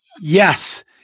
Yes